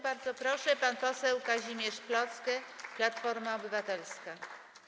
Bardzo proszę, pan poseł Kazimierz Plocke, Platforma Obywatelska.